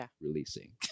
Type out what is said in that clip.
releasing